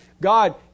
God